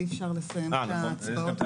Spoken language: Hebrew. אי אפשר לסיים את ההצבעות בכלל.